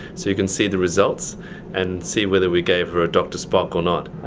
so you can see the results and see whether we gave her a dr. spock or not.